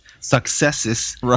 Successes